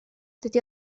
dydy